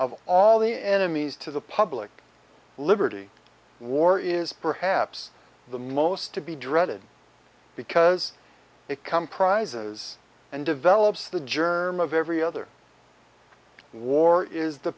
of all the enemies to the public liberty war is perhaps the most to be dreaded because it come prizes and develops the germ of every other war is the